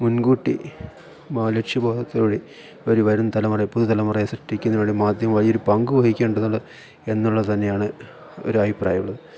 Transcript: മുൻകൂട്ടി ലക്ഷ്യബോധത്തോടുകൂടി ഒരു വരും തലമുറയെ പുതുതലമുറയെ സൃഷ്ടിക്കുന്നതിനുവേണ്ടി മാധ്യമം വലിയൊരു പങ്കു വഹിക്കേണ്ടതുണ്ട് എന്നുള്ളത് തന്നെയാണ് ഒരു അയിപ്രായം ഉള്ളത്